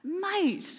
Mate